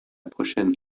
prochaine